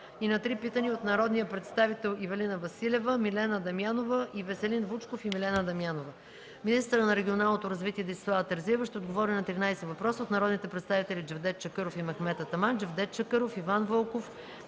и на три питания от народния представител Ивелина Василева, Милена Дамянова и Веселин Вучков и Милена Дамянова. Министърът на регионалното развитие Десислава Терзиева ще отговори на 13 въпроса от народните представители Джевдет Чакъров и Мехмед Атаман, Джевдет Чакъров, Иван Вълков,